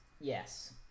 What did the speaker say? Yes